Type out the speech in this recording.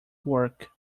work